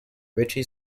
richie